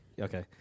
Okay